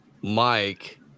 Mike